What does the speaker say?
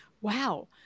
wow